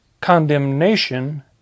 condemnation